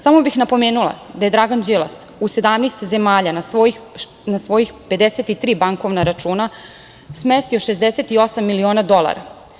Samo bih napomenula da je Dragan Đilas u 17 zemalja na svoja 53 bankovna računa smestio 68 miliona dolara.